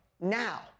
now